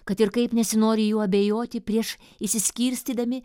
kad ir kaip nesinori juo abejoti prieš išsiskirstydami